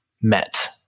met